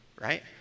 Right